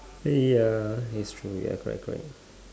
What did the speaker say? ya it's true ya correct correct